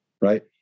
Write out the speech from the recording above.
right